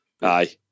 Aye